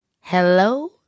Hello